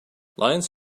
lions